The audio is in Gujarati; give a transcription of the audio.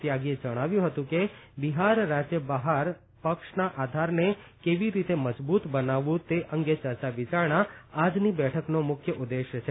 ત્યાગીએ જણાવ્યું હતું કે બિહાર રાજ્ય બહાર પક્ષના આધારને કેવી રીતે મજબુત બનાવવું તે અંગે ચર્ચા વિયારણા આજની બેઠકનો મુખ્ય ઉદેશ છે